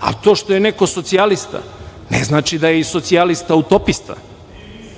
a to što je neko socijalista ne znači da je i socijalista utopista.